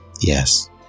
Yes